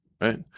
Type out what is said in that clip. right